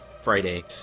Friday